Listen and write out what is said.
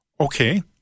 okay